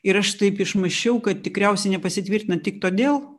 ir aš taip išmąsčiau kad tikriausiai nepasitvirtina tik todėl